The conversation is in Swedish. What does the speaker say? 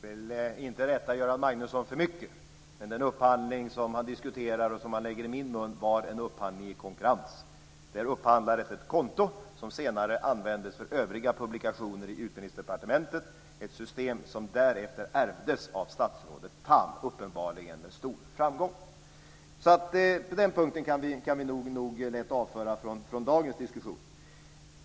Fru talman! Jag vill inte rätta Göran Magnusson för mycket, men den upphandling som han diskuterar och lägger på mig var en upphandling i konkurrens. Där upphandlades ett konto som senare användes för övriga publikationer i Utbildningsdepartementet. uppenbarligen med stor framgång. Den punkten kan vi nog lätt avföra från dagens diskussion.